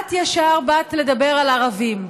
את ישר באת לדבר על ערבים,